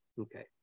Okay